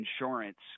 insurance